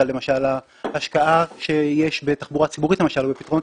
למשל ההשקעה שיש בתחבורה ציבורית ופתרונות